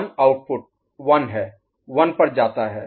1 output 1 है 1 पर जाता है